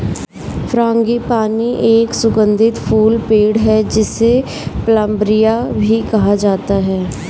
frangipani एक सुगंधित फूल पेड़ है, जिसे प्लंबरिया भी कहा जाता है